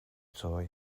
cawk